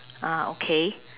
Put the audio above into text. ah okay